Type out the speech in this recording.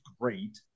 great